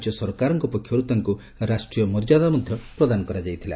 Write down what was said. ରାଜ୍ୟ ସରକାରଙ୍କ ପକ୍ଷରୁ ତାଙ୍କୁ ରାଷ୍ଟ୍ରୀୟ ମର୍ଯ୍ୟାଦା ପ୍ରଦାନ କରାଯାଇଥିଲା